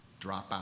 dropout